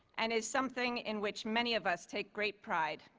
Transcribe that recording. and is something in which many of us take great pride.